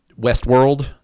Westworld